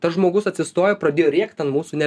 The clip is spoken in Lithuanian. tas žmogus atsistojo pradėjo rėkt ant mūsų ne